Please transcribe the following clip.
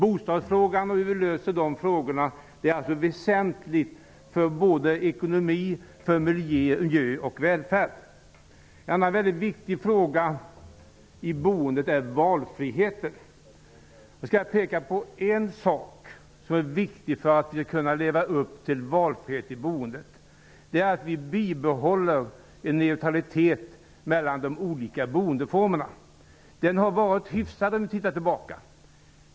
Hur vi löser bostadsfrågorna är väsentligt för vår ekonomi, miljö och välfärd. En annan viktig fråga angående boendet är valfriheten. Jag skall peka på en sak som är viktig för att vi skall kunna leva upp till målet med valfrihet i boendet. Vi måste bibehålla en neutralitet mellan de olika boendeformerna. Den har varit hyfsad.